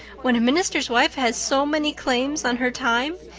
when a minister's wife has so many claims on her time!